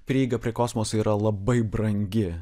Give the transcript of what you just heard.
prieiga prie kosmoso yra labai brangi